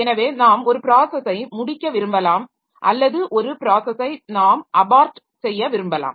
எனவே நாம் ஒரு ப்ராஸஸை முடிக்க விரும்பலாம் அல்லது ஒரு ப்ராஸஸை நாம் அபார்ட் செய்ய விரும்பலாம்